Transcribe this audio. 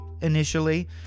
initially